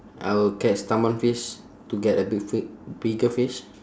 I will catch tamban fish to get a big fi~ bigger fish